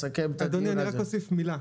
רק להוסיף מילה.